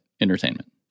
entertainment